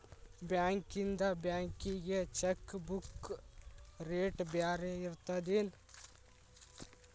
ಬಾಂಕ್ಯಿಂದ ಬ್ಯಾಂಕಿಗಿ cheque book rate ಬ್ಯಾರೆ ಇರ್ತದೇನ್